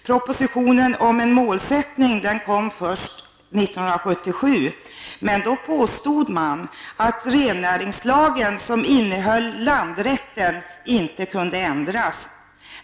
Propositionen om en målsättning kom först 1977, och då påstod man att rennäringslagen som innehöll landrätten inte kunde ändras.